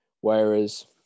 whereas